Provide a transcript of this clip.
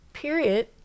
Period